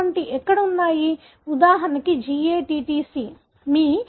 అటువంటివి ఎక్కడ ఉన్నాయి ఉదాహరణకు GATTC